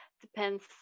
depends